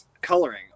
coloring